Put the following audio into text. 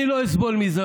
אני לא אסבול מזה